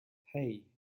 hey